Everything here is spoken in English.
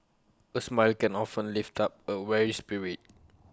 A smile can often lift up A weary spirit